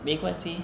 没没关系